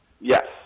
Yes